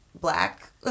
black